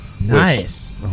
Nice